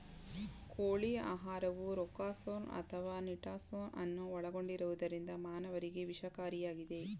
ಕೋಳಿ ಆಹಾರವು ರೊಕ್ಸಾರ್ಸೋನ್ ಅಥವಾ ನಿಟಾರ್ಸೋನ್ ಅನ್ನು ಒಳಗೊಂಡಿರುವುದರಿಂದ ಮಾನವರಿಗೆ ವಿಷಕಾರಿಯಾಗಿದೆ